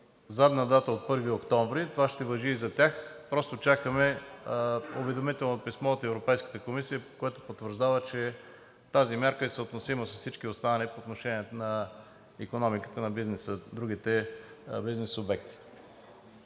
задна дата от 1 октомври – това ще важи и за тях, просто чакаме уведомително писмо от Европейската комисия, което потвърждава, че тази мярка е съотносима с всички останали по отношение на икономиката, на бизнеса, другите бизнес обекти.